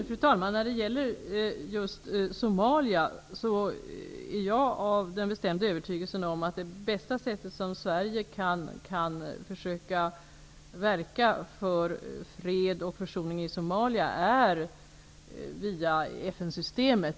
Fru talman! Jag har den bestämda övertygelsen att det bästa sättet som Sverige kan försöka att verka för fred och försoning i Somalia på är via FN systemet.